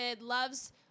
loves